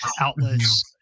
outlets